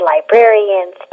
librarians